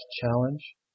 challenge